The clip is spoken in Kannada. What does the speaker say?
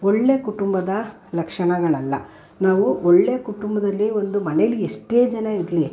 ಒಳ್ಳೇ ಕುಟುಂಬದ ಲಕ್ಷಣಗಳಲ್ಲ ನಾವು ಒಳ್ಳೇ ಕುಟುಂಬದಲ್ಲಿ ಒಂದು ಮನೇಲಿ ಎಷ್ಟೇ ಜನ ಇರಲಿ